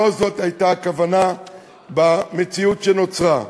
לא זאת הייתה הכוונה במציאות שנוצרה.